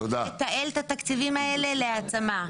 צריך לתעל את התקציבים האלה להעצמה,